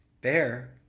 Bear